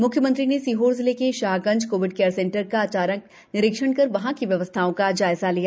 मुख्यमंत्री सीहोर जिले के शाहगंज कोविड केयर सेंटर का अचानक निरीक्षण कर वहाँ की व्यवस्थाओं का जायज़ा लिया